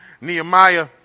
Nehemiah